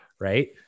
Right